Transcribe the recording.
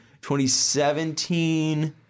2017